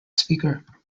speaker